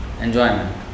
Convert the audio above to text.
enjoyment